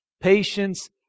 patience